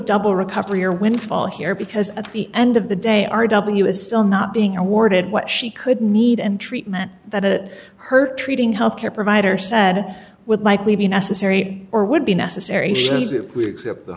double recovery or windfall here because at the end of the day r w is still not being awarded what she could need and treatment that a her treating healthcare provider said with likely be necessary or would be necessary she says if we accept the